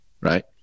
Right